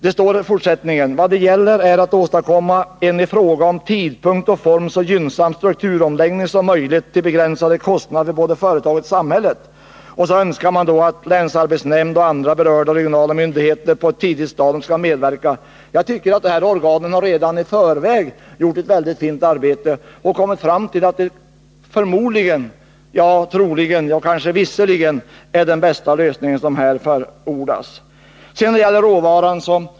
Utskottet skriver sedan: ”Vad det gäller är att åstadkomma en i fråga om tidpunkt och form så gynnsam strukturomläggning som möjligt till begränsade kostnader för både företaget och samhället.” I anslutning därtill säger man att länsarbetsnämnd och andra berörda myndigheter bör medverka på ett tidigt stadium. Jag tycker att de organen redan nu har gjort ett mycket fint arbete, och man har kommit fram till att det som gruppen förordat troligen — ja, kanske trots allt — är den bästa lösningen. Så till frågan om råvaran.